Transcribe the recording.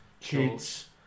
kids